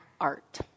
Art